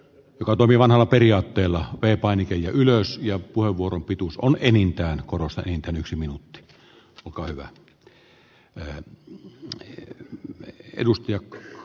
tukat oli vanhalla periaatteella ei painittiin ylös ja puheenvuoron pituus on enintään korostaen komensi minut muka hyvä vähän jatkan muutamien puheenvuorojen jälkeen